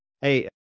hey